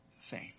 faith